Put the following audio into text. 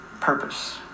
purpose